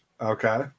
Okay